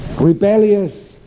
rebellious